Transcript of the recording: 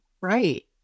Right